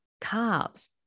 carbs